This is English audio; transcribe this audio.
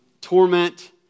torment